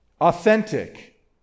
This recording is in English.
Authentic